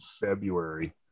february